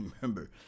Remember